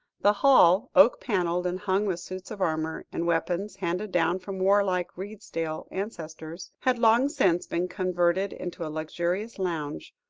the hall, oak-panelled, and hung with suits of armour, and weapons handed down from war-like redesdale ancestors, had long since been converted into a luxurious lounge,